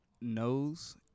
Knows